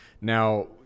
Now